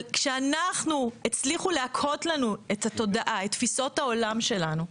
אבל כשהצליחו להכהות לנו את התודעה ואת תפיסות העולם שלנו,